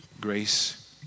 grace